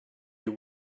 you